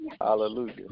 Hallelujah